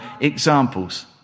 examples